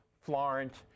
Florence